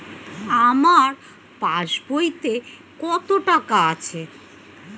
আমার পাস বইতে কত টাকা আছে?